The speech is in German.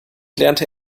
lernte